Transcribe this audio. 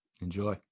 Enjoy